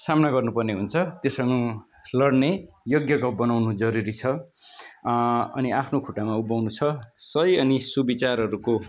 सामना गर्नु पर्ने हुन्छ त्योसँग लड्ने योग्यको बनाउनु जरुरी छ अनि आफ्नो खुट्टामा उभ्याउनु छ सही अनि सुविचारहरूको